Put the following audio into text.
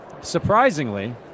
surprisingly